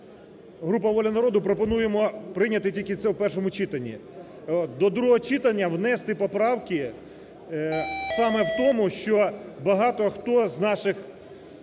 група "Воля народу", пропонуємо прийняти тільки це в першому читанні. До другого читання внести поправки саме в тому, що багато хто з наших